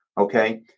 okay